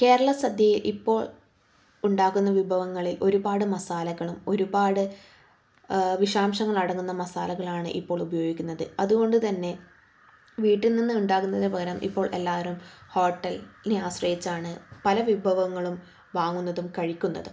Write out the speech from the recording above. കേരള സദ്യയെ ഇപ്പോൾ ഉണ്ടാക്കുന്ന വിഭവങ്ങളിൽ ഒരുപാട് മസാലകളും ഒരുപാട് വിഷാംശങ്ങൾ അടങ്ങുന്ന മസാലകളാണ് ഇപ്പോൾ ഉപയോഗിക്കുന്നത് അതുകൊണ്ടു തന്നെ വീട്ടിൽ നിന്ന് ഉണ്ടാക്കുന്നതിന് പകരം ഇപ്പോൾ എല്ലാവരും ഹോട്ടലിനെ ആശ്രയിച്ചാണ് പല വിഭവങ്ങളും വാങ്ങുന്നതും കഴിക്കുന്നതും